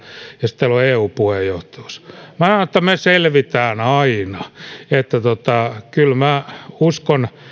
sitten teillä on eu puheenjohtajuus minä sanoin että me selvitään aina kyllä minä uskon